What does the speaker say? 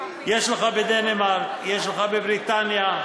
יש לך בדנמרק, יש לך בבריטניה.